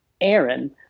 Aaron